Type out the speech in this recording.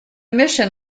mission